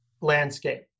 landscape